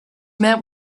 met